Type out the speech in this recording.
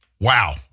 Wow